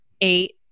eight